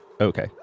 Okay